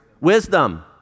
Wisdom